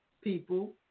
people